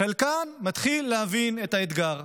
חלקן מתחיל להבין את האתגר.